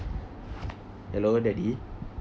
hello daddy